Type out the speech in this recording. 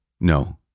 No